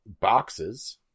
boxes